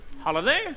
Holiday